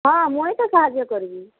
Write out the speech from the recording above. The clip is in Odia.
ହଁ ମୁଇଁ ତ ସାହାଯ୍ୟ କରିବି